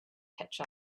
catch